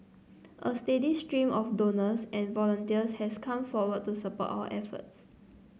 a steady stream of donors and volunteers has come forward to support our efforts